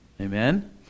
Amen